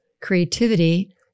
creativity